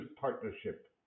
partnership